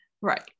right